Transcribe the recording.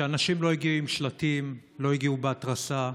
שאנשים לא הגיעו עם שלטים, לא הגיעו בהתרסה,